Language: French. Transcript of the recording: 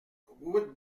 route